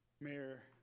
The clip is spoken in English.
Mayor